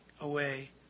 away